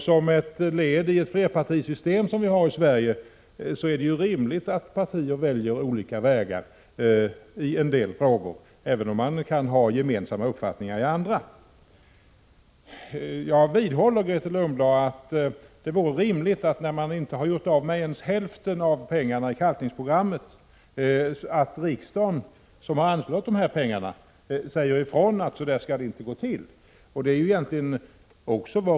Som ett led i det flerpartisystem som vi har i Sverige är det rimligt att de olika partierna väljer olika vägar i en del frågor, även om de kan ha gemensamma uppfattningar i andra frågor. När inte ens hälften av pengarna för kalkningsprogrammet har använts vidhåller jag, Grethe Lundblad, att det är rimligt att riksdagen, som har anslagit pengarna, säger ifrån att det inte får gå till på detta sätt.